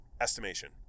estimation